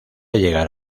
llegar